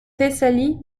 thessalie